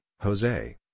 Jose